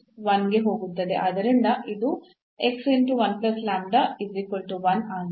ಆದ್ದರಿಂದ ಇದು ಆಗಿದೆ